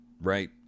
right